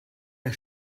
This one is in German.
der